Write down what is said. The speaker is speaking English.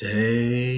Say